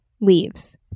leaves